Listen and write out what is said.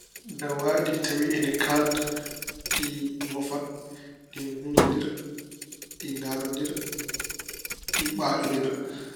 Dawaaɗi tawi ine kaalda, ɗi ngofan, ɗi nguurnondira, ɗi ndaarondira, ɗi ɓaañondira.